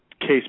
case